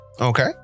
okay